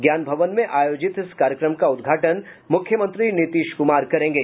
ज्ञान भवन में आयोजित इस कार्यक्रम का उद्घाटन मुख्यमंत्री नीतीश कुमार करेंगे